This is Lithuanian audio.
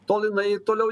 tol jinai toliau